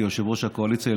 כיושב-ראש הקואליציה,